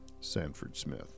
Sanford-Smith